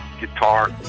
guitar